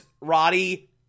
roddy